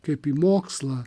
kaip į mokslą